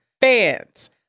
Fans